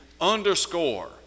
underscore